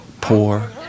poor